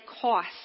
cost